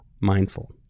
mindful